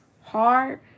hard